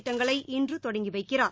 திட்டங்களை இன்று தொடங்கி வைக்கிறார்